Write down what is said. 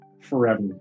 forever